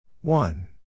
One